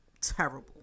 Terrible